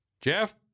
Jeff